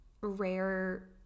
rare